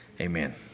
Amen